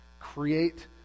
create